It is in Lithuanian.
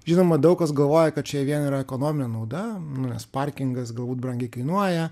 žinoma daug kas galvoja kad čia vien yra ekonominė nauda nes parkingas galbūt brangiai kainuoja